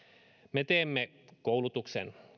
me teemme koulutuksen